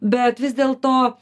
bet vis dėlto